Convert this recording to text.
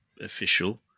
official